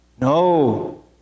No